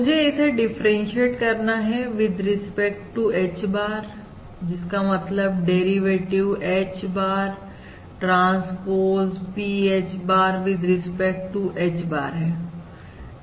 मुझे इसे डिफरेंटशिएट करना है with respect to H bar जिसका मतलब derivative H bar transpose P H bar with respect to H bar है